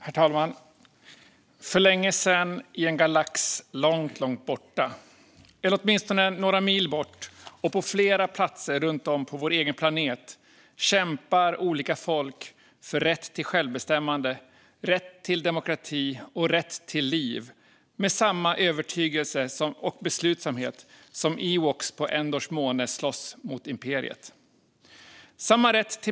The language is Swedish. Herr talman! För länge sedan i en galax långt, långt borta - eller åtminstone några mil bort och på flera platser runt om på vår egen planet kämpar olika folk för rätt till självbestämmande, rätt till demokrati och rätt till liv. De kämpar med samma övertygelse och beslutsamhet som ewoker på Endors måne slåss mot imperiet.